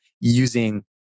using